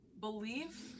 believe